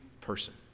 person